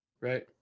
right